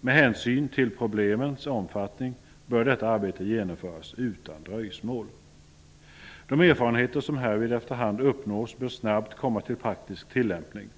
Med hänsyn till problemens omfattning bör detta arbete genomföras utan dröjsmål. De erfarenheter som härvid efter hand uppnås bör snabbt komma till praktisk tillämpning.